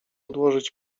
odłożyć